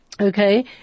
Okay